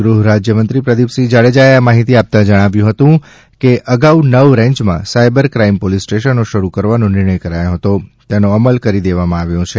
ગૃહરાજ્યમંત્રી પ્રદિપસિંહ જાડેજાએ આ માહિતી આપતાં જણાવ્યું હતું કે અગાઉ નવ રેન્જમાં સાઇબર ક્રાઇમ પોલીસ સ્ટેશનો શરૂ કરવાનો નિર્ણય કરાયો હતો તેનો અમલ કરી દેવામાં આવ્યો છે